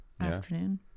Afternoon